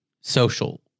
social